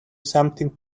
something